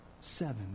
seven